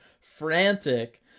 frantic